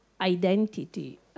identity